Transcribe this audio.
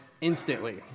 instantly